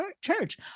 church